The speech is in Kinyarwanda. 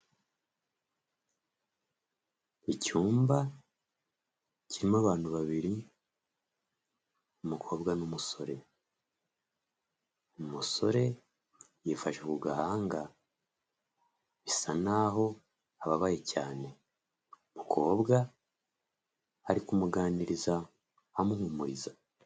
Icyumba kirimo abantu babiri umukobwa n'umusore. Umusore yifashe ku gahanga bisa naho ababaye cyane, umukobwa ari kumuganiriza amuhumuriza.